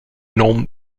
nom